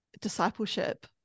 discipleship